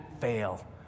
fail